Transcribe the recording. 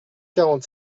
quarante